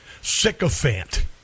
sycophant